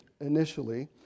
initially